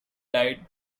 died